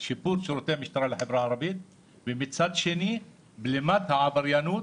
שיפור בשירותי המשטרה לחברה הערבית ומצד שני בלימת העבריינות